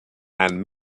and